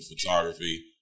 photography